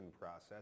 process